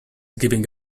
giving